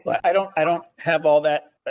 but i don't i don't have all that.